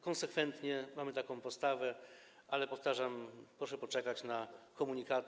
Konsekwentnie mamy taką postawę, ale powtarzam, proszę poczekać na komunikaty.